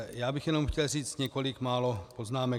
Já bych k tomu chtěl říct několik málo poznámek.